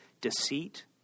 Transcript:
deceit